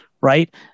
right